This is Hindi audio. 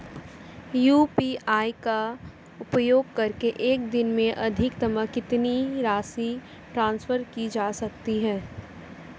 यू.पी.आई का उपयोग करके एक दिन में अधिकतम कितनी राशि ट्रांसफर की जा सकती है?